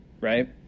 Right